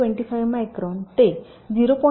25 micron ते 0